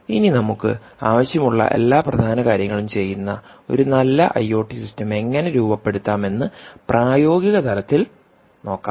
ഇനി നമുക്ക് ആവശ്യമുള്ള എല്ലാ പ്രധാന കാര്യങ്ങളും ചെയ്യുന്ന ഒരു നല്ല ഐഒടി സിസ്റ്റം എങ്ങനെ രൂപപ്പെടുത്താം എന്ന് പ്രായോഗികതലത്തിൽ നോക്കാം